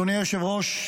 אדוני היושב-ראש,